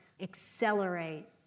Accelerate